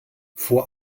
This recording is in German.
vor